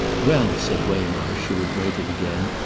well, said waymarsh, who had waited again,